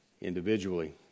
individually